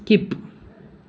skip